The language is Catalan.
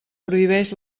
prohibeix